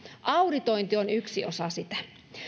auditointi on yksi osa sitä